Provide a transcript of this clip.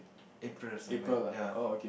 April somewhere ya